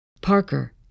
Parker